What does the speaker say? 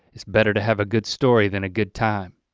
it's better to have a good story than a good time.